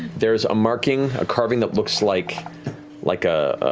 there's a marking, a carving that looks like like ah